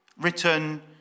written